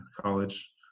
college